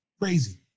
crazy